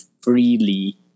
freely